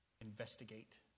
investigate